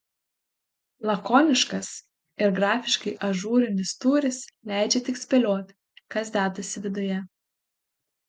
lakoniškas ir grafiškai ažūrinis tūris leidžia tik spėlioti kas dedasi viduje